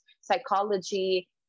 psychology